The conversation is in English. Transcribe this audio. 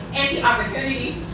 anti-opportunities